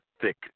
thick